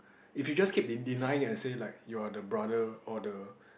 if you just keep de~ denying and say like you're the brother or the